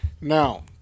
Now